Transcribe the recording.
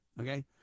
Okay